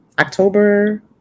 October